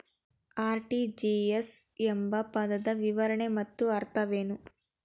RTGS ಎಂಬ ಪದದ ವಿವರಣೆ ಮತ್ತು ಅರ್ಥವೇನು?